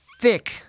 thick